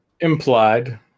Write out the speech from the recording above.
Implied